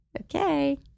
Okay